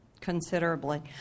considerably